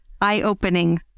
eye-opening